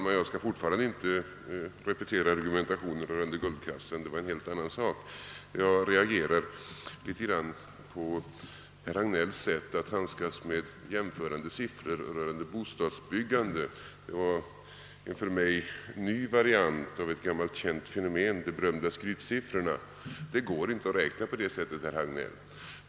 Herr talman! Jag skall inte repetera argumentationen rörande guldkassan. Men jag reagerar litet mot herr Hagnells sätt att handskas med jämförande siffror när det gäller bostadsbyggandet. Hans framställning var en för mig ny variant av ett gammalt känt fenomen, de berömda skrytsiffrorna. Det går inte att räkna på det sättet, herr Hagnell!